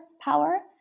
power